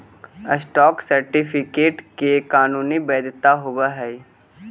stock certificate के कानूनी वैधता होवऽ हइ